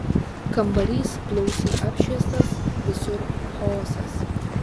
kambarys blausiai apšviestas visur chaosas